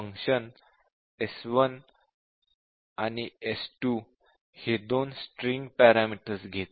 function s1 आणि s2 हे दोन स्ट्रिंग पॅरामीटर्स घेते